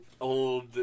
old